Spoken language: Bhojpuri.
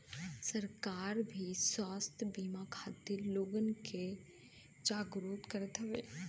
सरकार भी स्वास्थ बिमा खातिर लोगन के जागरूक करत हउवे